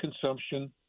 consumption